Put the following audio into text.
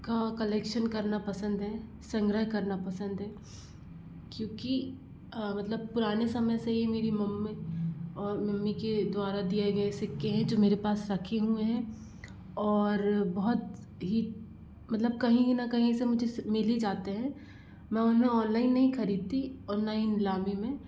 का कलेक्शन करना पसंद है संग्रह करना पसंद है क्योंकि मतलब पुराने समय से ही मेरी मम्मी और मम्मी के द्वारा दिए गए सिक्के है जो मेरे पास रखे हुए है और बहुत ही कहीं न कहीं से मुझे मिल ही जाते है में उन्हें ऑनलाइन नहीं खरीदती ना ही नीलामी में